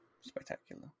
spectacular